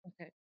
Okay